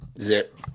Zip